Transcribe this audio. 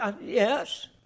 Yes